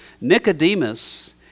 Nicodemus